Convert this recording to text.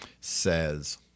says